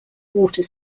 water